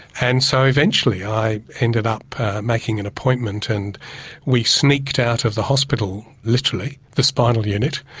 and so eventually i ended up making an appointment and we sneaked out of the hospital, literally, the spinal unit,